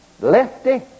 Lefty